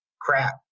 crap